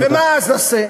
ומה אז נעשה?